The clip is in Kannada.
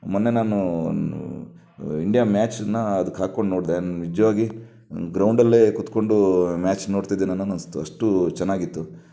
ಮೊನ್ನೆ ನಾನು ಇಂಡಿಯಾ ಮ್ಯಾಚನ್ನು ಅದಕ್ಕೆ ಹಾಕ್ಕೊಂಡು ನೋಡಿದೆ ನಿಜವಾಗಿ ನಾನು ಗ್ರೌಂಡಲ್ಲೇ ಕೂತ್ಕೊಂಡು ಮ್ಯಾಚ್ ನೋಡ್ತಿದ್ದೀನೇನೋ ಅನ್ನಿಸ್ತು ಅಷ್ಟು ಚೆನ್ನಾಗಿತ್ತು